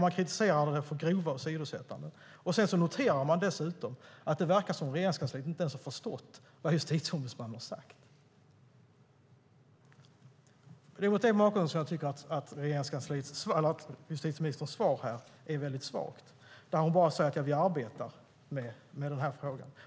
Man kritiserar dem för grova åsidosättanden. Man noterar dessutom att det verkar som att Regeringskansliet inte ens har förstått vad Justitieombudsmannen har sagt. Mot den bakgrunden tycker jag att justitieministerns svar är väldigt svagt. Hon säger bara: Vi arbetar med frågan.